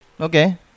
Okay